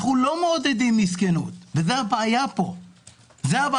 אנחנו לא מעודדים מסכנות, וזה הבעיה פה בחשיבה.